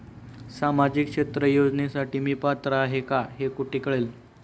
सामाजिक क्षेत्र योजनेसाठी मी पात्र आहे का हे कुठे कळेल?